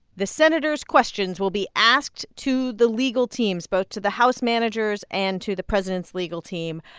the senators' questions will be asked to the legal teams, both to the house managers and to the president's legal team.